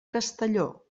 castelló